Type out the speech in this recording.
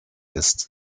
ist